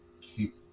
keep